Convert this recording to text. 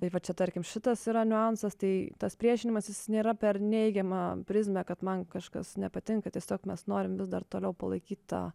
tai va čia tarkim šitas yra niuansas tai tas priešinimasis nėra per neigiamą prizmę kad man kažkas nepatinka tiesiog mes norim vis dar toliau palaikyt tą